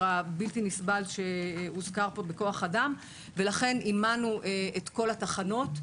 הבלתי-נסבל שהוזכר פה בכוח אדם ולכן אימנו את כל התחנות,